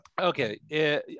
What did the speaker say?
Okay